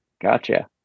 Gotcha